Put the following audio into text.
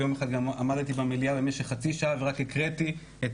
ויום אחד גם עמדתי במליאה במשך חצי שעה ורק הקראתי את